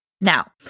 Now